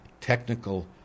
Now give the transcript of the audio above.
technical